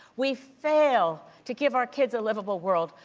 we fail to give our kids a livable world.